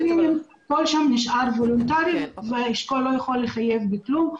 --- נשאר וולונטרי ואשכול לא יכול לחייב בכלום.